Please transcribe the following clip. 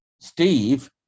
Steve